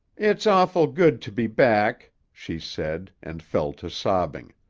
it's awful good to be back, she said, and fell to sobbing.